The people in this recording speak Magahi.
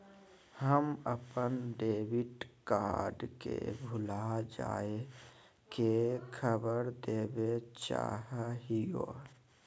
हम अप्पन डेबिट कार्ड के भुला जाये के खबर देवे चाहे हियो